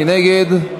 מי נגד?